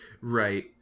Right